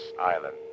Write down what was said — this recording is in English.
island